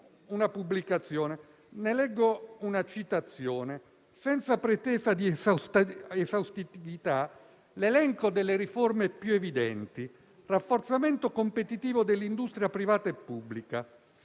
una pubblicazione di cui leggo una citazione: «Senza pretesa di esaustività, elenco le riforme più evidenti: rafforzamento competitivo dell'industria privata e pubblica;